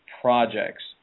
projects